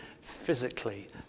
physically